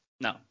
No